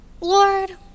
Lord